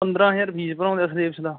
ਪੰਦਰਾਂ ਹਜ਼ਾਰ ਫੀਸ ਭਰਾਉਂਦੇ ਹੈ ਸਲੇਬਸ ਦਾ